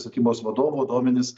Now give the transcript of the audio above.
statybos vadovo duomenis